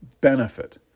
benefit